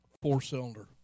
four-cylinder